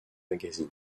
magazine